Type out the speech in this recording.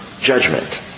judgment